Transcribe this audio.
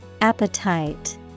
Appetite